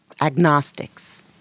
agnostics